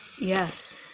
Yes